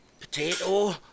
Potato